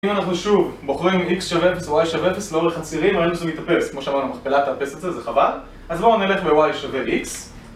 אם אנחנו שוב בוחרים x שווה 0 ו- y שווה 0, לאורך הצירים זה הולך להתאפס כמו שאמרנו, מכפלה תאפס את זה, זה חבל אז בואו נלך ב-y שווה x